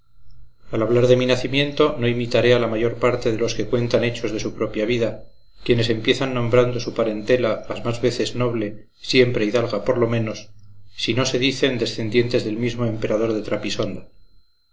al hablar de mi nacimiento no imitaré a la mayor parte de los que cuentan hechos de su propia vida quienes empiezan nombrando su parentela las más veces noble siempre hidalga por lo menos si no se dicen descendientes del mismo emperador de trapisonda